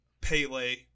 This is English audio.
Pele